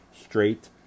straight